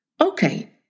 okay